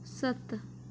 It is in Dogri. सत्त